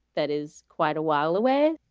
that is quite a while away.